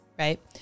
Right